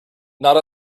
not